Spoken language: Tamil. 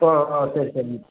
ஓ ஓ சரி சரிங்க